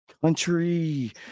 country